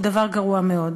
הוא דבר גרוע מאוד.